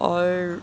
اور